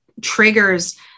triggers